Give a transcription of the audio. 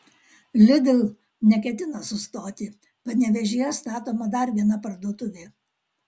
lidl neketina sustoti panevėžyje statoma dar viena parduotuvė